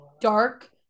dark